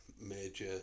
major